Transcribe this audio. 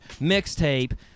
mixtape